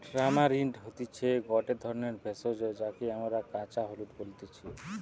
tamarind হতিছে গটে ধরণের ভেষজ যাকে আমরা কাঁচা হলুদ বলতেছি